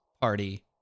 Party